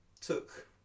took